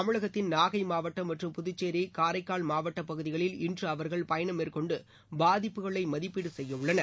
தமிழகத்தின் நாகை மாவட்டம் மற்றும் புதுச்சேரி காரைக்கால் மாவட்டப் பகதிகளில் இன்று அவர்கள் பயணம் மேற்கொண்டு பாதிப்புகளை மதிப்பீடு செய்யவுள்ளனர்